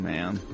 Man